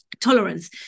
tolerance